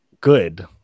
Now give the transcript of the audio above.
good